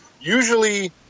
Usually